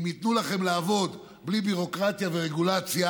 אם ייתנו לכם לעבוד בלי ביורוקרטיה ורגולציה,